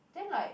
then like